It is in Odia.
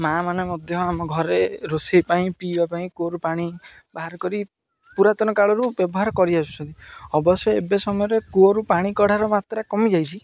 ମାଆ ମାନେ ମଧ୍ୟ ଆମ ଘରେ ରୋଷେଇ ପାଇଁ ପିଇବା ପାଇଁ କୂଅରୁ ପାଣି ବାହାର କରି ପୁରାତନ କାଳରୁ ବ୍ୟବହାର କରି ଆସୁଛନ୍ତି ଅବଶ୍ୟ ଏବେ ସମୟରେ କୂଅରୁ ପାଣି କଢ଼ାର ମାତ୍ରା କମିଯାଇଛିି